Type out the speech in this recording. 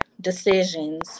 decisions